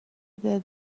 that